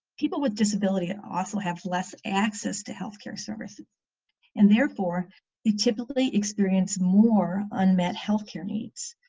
people with disability also have less access to health care services and therefore they typically experience more unmet health care needs.